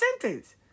sentence